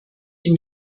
dem